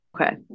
Okay